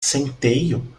centeio